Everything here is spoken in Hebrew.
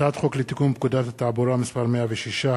הצעת חוק לתיקון פקודת התעבורה (מס' 106),